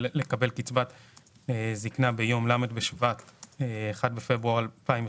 לקבל קצבת זקנה ביום ל' בשבט התשפ"ב (1 בפברואר 2022)